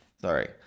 sorry